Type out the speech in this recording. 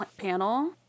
panel